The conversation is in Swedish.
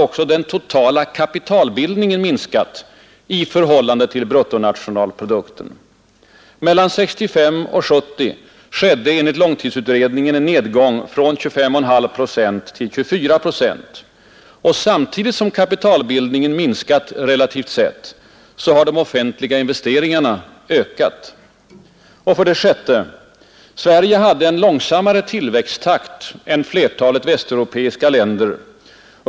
Också den totala kapitalbildningen har minskat i förhållande till bruttonationalprodukten. Mellan 1965 och 1970 skedde enligt långtidsutredningen en nedgång från 25,5 procent till 24 procent. Samtidigt som kapitalbildningen minskat relativt sett, har de offentliga investeringarna ökat. 6. Sverige hade en långsammare tillväxttakt än flertalet västeuropeiska länder.